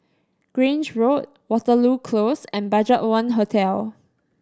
Grange Road Waterloo Close and BudgetOne Hotel